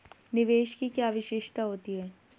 निवेश की क्या विशेषता होती है?